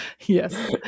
Yes